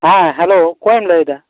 ᱦᱮᱸ ᱦᱮᱞᱳ ᱚᱠᱚᱭᱮᱢ ᱞᱟᱹᱭ ᱮᱫᱟ